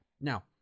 Now